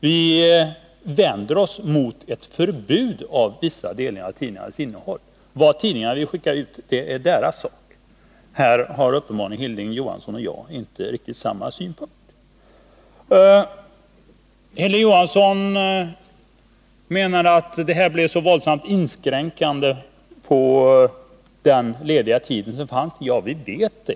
Vi vänder oss mot ett förbud av vissa delar av tidningarnas innehåll. Vad tidningarna skickar ut är deras sak. Härvidlag har uppenbarligen Hilding Johansson och jag inte riktigt samma synpunkt. Hilding Johansson menar att de programinslag det här gäller skulle inskränka så våldsamt på den lediga tid som fanns till förfogande.